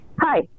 hi